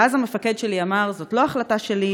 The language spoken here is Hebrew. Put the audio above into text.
ואז המפקד שלי אמר: זאת לא החלטה שלי,